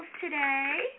today